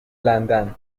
لندن